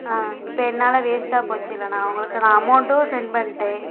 ஆம் இப்போ என்னால் வேஸ்ட்டாக போச்சிலண்ணா உங்களுக்கு நான் அமௌண்ட்டும் சென்ட் பண்ணிட்டேன்